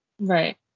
Right